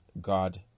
God